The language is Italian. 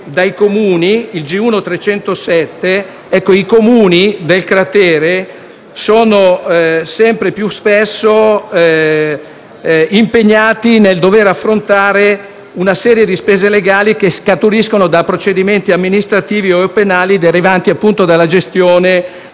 dai Comuni: i Comuni del cratere sono sempre più spesso impegnati nel dover affrontare una serie di spese legali che scaturiscono da procedimenti amministrativi o penali derivanti dalla gestione dell'emergenza